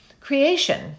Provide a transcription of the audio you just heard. creation